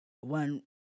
one